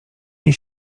nie